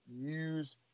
use